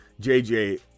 JJ